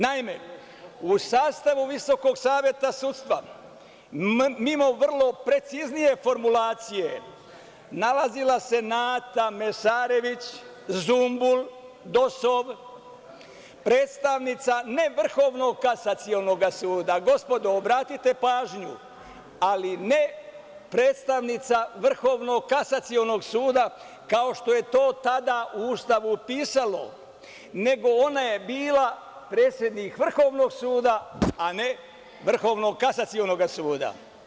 Naime, u sastavu Visokog saveta sudstva, mi imamo vrlo preciznije formulacije, nalazila se Nata Mesarović, zumbul DOS-ov, predstavnica ne Vrhovnog kasacionoga suda, gospodo, obratite pažnju, ali ne predstavnica Vrhovnog kasacionog suda, kao što je to tada u Ustavu pisalo, nego ona je bila predsednik Vrhovnog suda, a ne Vrhovnog kasacionog suda.